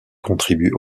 contribue